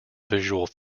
visual